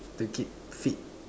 to keep fit